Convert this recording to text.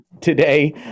today